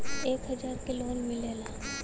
एक हजार के लोन मिलेला?